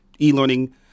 e-learning